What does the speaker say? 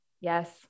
Yes